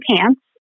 pants